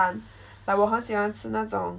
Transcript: like 我很喜欢吃那种